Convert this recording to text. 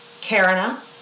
karina